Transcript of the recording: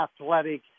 athletic